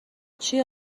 چیه